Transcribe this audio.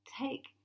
take